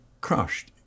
crushed